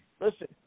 Listen